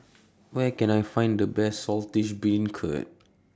Where Can I Find The Best Saltish Beancurd